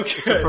Okay